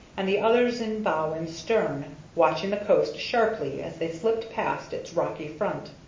and the others in bow and stern, watching the coast sharply as they slipped past its rocky front.